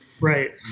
Right